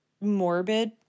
morbid